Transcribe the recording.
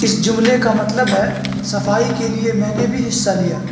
اس جملے کا مطلب ہے صفائی کے لیے میں نے بھی حصہ لیا